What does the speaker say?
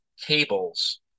cables